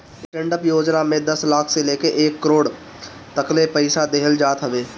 stand up योजना में दस लाख से लेके एक करोड़ तकले पईसा देहल जात हवे